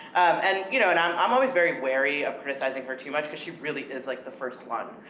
and, you know, and i'm i'm always very wary of criticizing her too much, cause she really is like the first one,